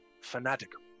fanatical